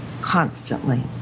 constantly